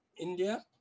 India